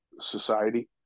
society